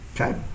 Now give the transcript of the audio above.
Okay